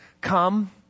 come